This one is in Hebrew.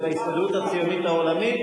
זה בהסתדרות הציונית העולמית,